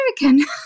American